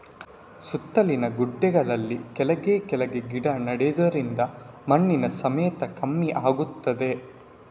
ಸುತ್ತಲಿನ ಗುಡ್ಡೆಗಳಲ್ಲಿ ಕೆಳಗೆ ಕೆಳಗೆ ಗಿಡ ನೆಡುದರಿಂದ ಮಣ್ಣಿನ ಸವೆತ ಕಮ್ಮಿ ಆಗ್ತದೆ